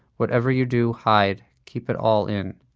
whatever you do, hide, keep it all in